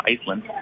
Iceland